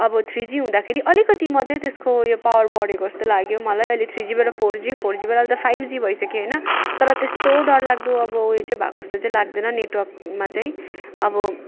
अब three G हुँदाखेरि अलिकति मात्र त त्यसको उयो पावर बढेको जस्तो लाग्यो मलाई अहिले थ्रिजिबाट फोर जी फोरजिबाट अहिले त फाइभ जी भइसक्यो होइन तर त्यस्तो डर लाग्दो अब उयो चाहिँ भएको जस्तो चाहिँ लाग्दैन नेटवर्कमा चाहिँ अब